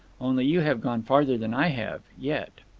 only you have gone farther than i have yet.